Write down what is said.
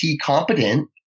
competent